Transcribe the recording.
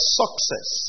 success